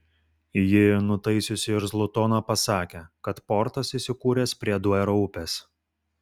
ji nutaisiusi irzlų toną pasakė kad portas įsikūręs prie duero upės